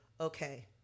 okay